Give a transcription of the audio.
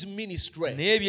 ministry